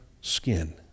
skin